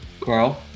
Carl